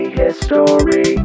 history